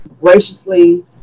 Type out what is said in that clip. graciously